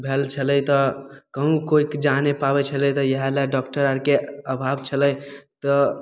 भेल छलै तऽ कहुँ केओ जा नहि पाबैत छलै तऽ इहए लए डाक्टर आरके अभाव छलै तऽ